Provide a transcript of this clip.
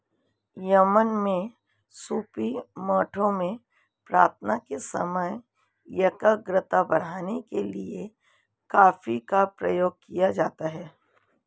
Yemen में सूफी मठों में प्रार्थना के समय एकाग्रता बढ़ाने के लिए कॉफी का प्रयोग किया जाता था